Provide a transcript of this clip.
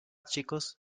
chicos